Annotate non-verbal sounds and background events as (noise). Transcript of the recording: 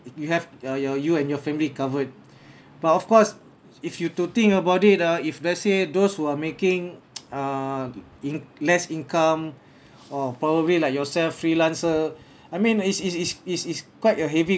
you have ya your you and your family covered but of course if you to think about it ah if let's say those who are making (noise) ah in~ less income or probably like yourself freelancer I mean is is is is is quite a heavy